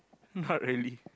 not really